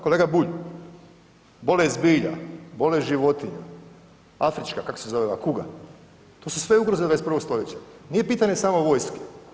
Kolega Bulj, bolest bilja, bolest životinja, afrička kako se zove ova kuga, to su sve ugroze 21. stoljeća nije pitanje samo vojske.